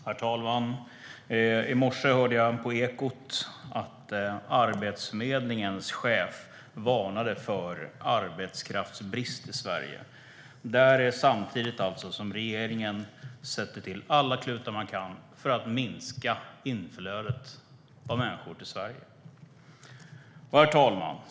Herr talman! I morse hörde jag på Ekot att Arbetsförmedlingens chef varnar för arbetskraftsbrist i Sverige, detta samtidigt som regeringen sätter till alla klutar man kan för att minska inflödet av människor till Sverige. Herr talman!